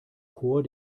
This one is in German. chor